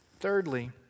thirdly